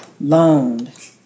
Loaned